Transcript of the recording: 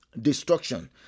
Destruction